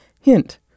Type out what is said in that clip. Hint